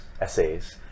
essays